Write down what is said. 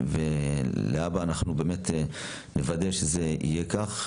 ולהבא נוודא שזה יהיה כך.